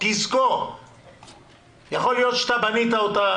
יכול להיות שאתה בנית אותה,